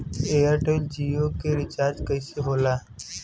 Airtel Jio के recharge कैसे होला?